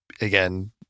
Again